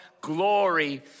glory